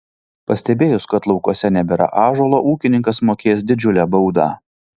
pastebėjus kad laukuose nebėra ąžuolo ūkininkas mokės didžiulę baudą